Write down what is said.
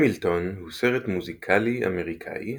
המילטון הוא סרט מוזיקלי אמריקאי,